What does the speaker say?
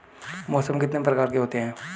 मौसम कितने प्रकार के होते हैं?